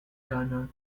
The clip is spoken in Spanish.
kana